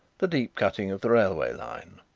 the deep cutting of the railway line.